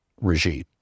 regime